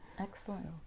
Excellent